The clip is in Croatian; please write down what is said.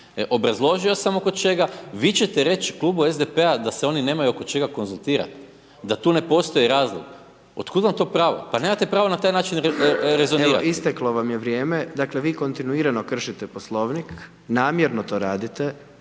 obrazložio sam oko čega, vi ćete reći Klubu SDP-a da se oni nemaju oko čega konzultirati, da tu ne postoji razlog, od kud vam to pravo? Pa nemate pravo na taj način rezonirati. **Jandroković, Gordan (HDZ)** Evo, istaklo vam je vrijeme, dakle, vi kontinuirano kršite poslovnik, namjerno to radite,